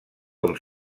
com